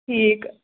ٹھیٖک